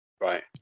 right